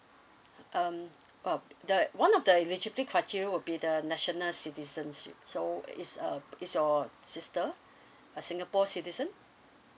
um um the one of the eligibility criteria will be the national citizens so is um is your sister a singapore citizen